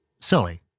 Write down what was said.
silly